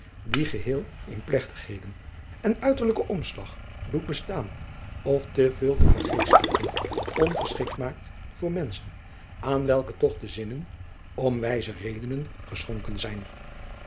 dien geheel in plegtigheden en uiteradriaan loosjes pzn het leven van maurits lijnslager lijken omslag doet bestaan of te veel te vergeestelijken ongeschikt maakt voor menschen aan welke toch de zinnen om wijze redenen geschonken zijn